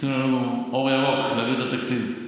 ייתנו לנו אור ירוק להעביר את התקציב.